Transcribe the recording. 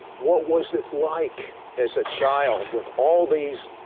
what was it like as a child with all these,